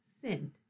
sinned